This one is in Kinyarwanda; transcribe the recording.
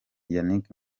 yannick